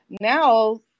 now